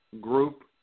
group